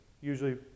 usually